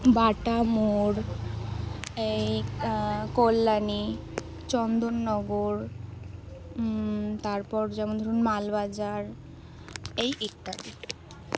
বাটা মোড় এই কল্যাণী চন্দননগর তারপর যেমন ধরুন মালবাজার এই ইত্যাদি